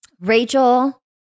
Rachel